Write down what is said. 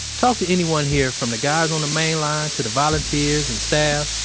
talk to anyone here from the guys on the main line to the volunteers and staff,